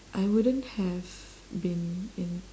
I wouldn't have been in